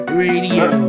radio